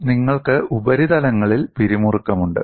അതിനാൽ നിങ്ങൾക്ക് ഉപരിതലങ്ങളിൽ പിരിമുറുക്കമുണ്ട്